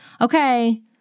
Okay